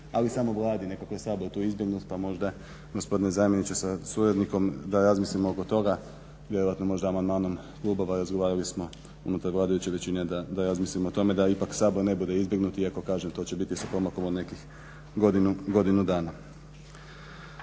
ali samo Vladi, nekako je tu Sabor nekako izbjegnut pa možda gospodine zamjeniče sa suradnikom da razmislimo oko toga, vjerojatno možda amandmanom klubova razgovarali smo unutar vladajuće većine da razmislimo o tome da ipak Sabor ne bude izbjegnut iako kažem to će biti sa pomakom od nekih godinu dana.